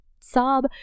sob